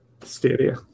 Stadia